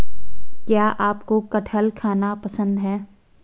क्या आपको कठहल खाना पसंद है?